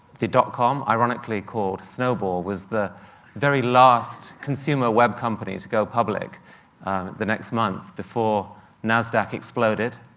the dotcom, ironically called snowball, was the very last consumer web company to go public the next month before nasdaq exploded,